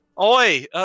Oi